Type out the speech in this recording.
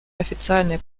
официальной